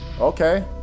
okay